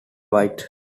white